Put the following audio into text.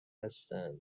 هستند